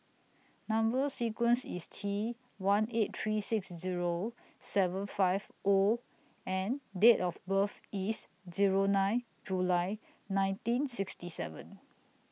Number sequence IS T one eight three six Zero seven five O and Date of birth IS Zero nine July nineteen sixty seven